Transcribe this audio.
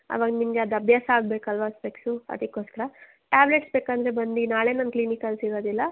ಆವಾಗ ನಿಮಗೆ ಅದು ಅಭ್ಯಾಸ ಆಗಬೇಕಲ್ವ ಸ್ಪೆಕ್ಸು ಅದಕ್ಕೋಸ್ಕರ ಟ್ಯಾಬ್ಲೆಟ್ಸ್ ಬೇಕೆಂದ್ರೆ ಬನ್ನಿ ನಾಳೆ ನಾನು ಕ್ಲಿನಿಕಲ್ಲಿ ಸಿಗೋದಿಲ್ಲ